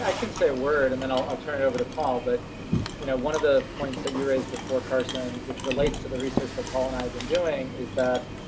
can say a word and then i'll i'll turn it over to paul, but you know one of the points that you raised before, carson, which relates to the research that paul and i have been doing is that,